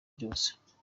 byose